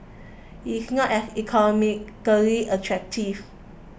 it's not as economically attractive